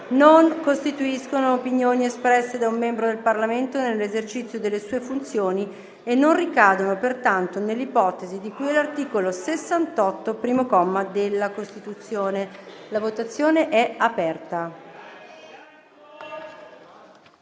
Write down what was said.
non costituiscono opinioni espresse da un membro del Parlamento nell'esercizio delle sue funzioni e non ricadono pertanto nell'ipotesi di cui all'articolo 68, primo comma, della Costituzione. *(Segue la votazione)*.